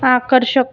आकर्षक